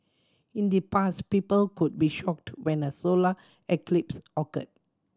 in the past people could be shocked when a solar eclipse occurred